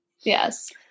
Yes